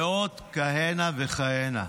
ועוד כהנה וכהנה.